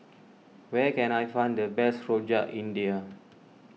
where can I find the best Rojak India